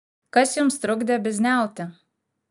kas jums trukdė bizniauti